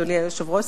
אדוני היושב-ראש,